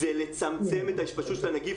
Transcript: זה לצמצם את התפשטות הנגיף,